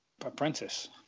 Apprentice